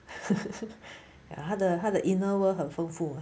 ya 他的他的 inner world 很丰富